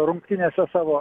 rungtynėse savo